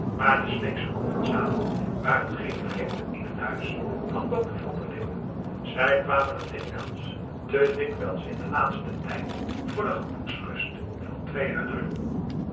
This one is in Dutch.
maar de sleek sche commensalen waren geen vreemden in het huis van dokter van der linden zij kwamen er dikwijls te dikwijls in den laatsten tijd voor de gemoedsrust van twee